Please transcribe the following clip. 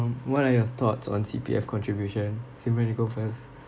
um what are your thoughts on C_P_F contribution simeon you go first